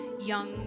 young